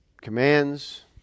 commands